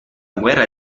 guerra